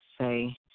say